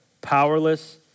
powerless